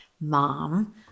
mom